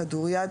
כדוריד,